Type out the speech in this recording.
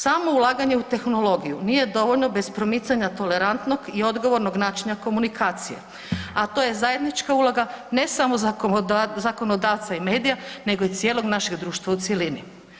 Samo ulaganje u tehnologiju nije dovoljno bez promicanja tolerantnog i odgovornog načina komunikacije, a to je zajednička uloga ne samo zakonodavca i medija nego i cijelog našeg društva u cjelini.